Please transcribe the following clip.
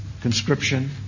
conscription